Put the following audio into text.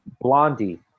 Blondie